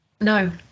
No